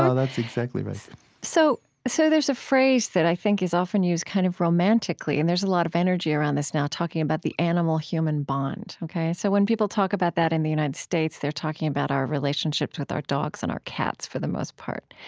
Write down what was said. ah that's exactly right so so there's a phrase that i think is often used kind of romantically, and there's a lot of energy around this now, talking about the animal-human bond. so when people talk about that in the united states, they're talking about our relationships with our dogs and our cats, for the most part.